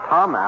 Tom